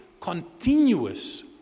continuous